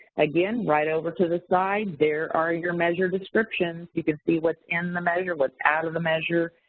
again, right over to the side, there are your measure descriptions, you can see what's in the measure, what's out of the measure,